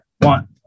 one